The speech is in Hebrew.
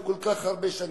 וכל כך הרבה שנים,